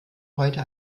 heute